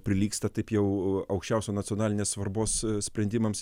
prilygsta taip jau aukščiausio nacionalinės svarbos sprendimams